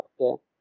Okay